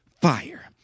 fire